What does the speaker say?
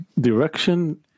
direction